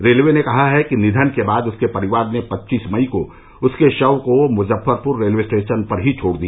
railway ने कहा है कि निधन के बाद उसके परिवार ने पच्चीस मई को उसके शव को मुजफ्फरपुर रेलवे स्टेशन पर ही छोड़ दिया